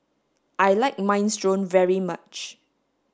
I like minestrone very much